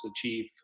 achieve